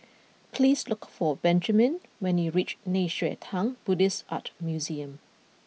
please look for Benjamen when you reach Nei Xue Tang Buddhist Art Museum